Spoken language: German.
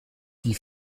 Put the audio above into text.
die